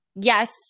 Yes